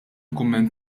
kumment